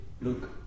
look